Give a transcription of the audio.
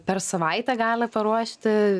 per savaitę gali paruošti